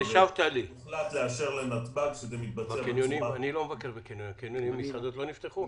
אזורי ההושבה בקניונים נפתחו?